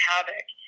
Havoc